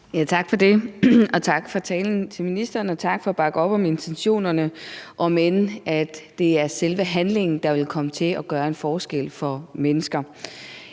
Tak for det, og tak til ministeren for talen og for at bakke op om intentionerne, om end det er selve handlingen, der vil komme til at gøre en forskel for mennesker.